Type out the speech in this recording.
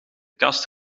kast